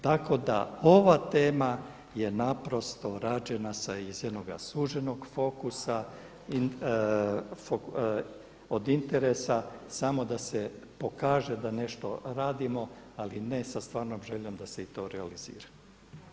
Tako da ova tema je rađena iz jednoga suženog fokusa i od interesa samo da se pokaže da nešto radimo, ali ne sa stvarnom željom da se i to realizira.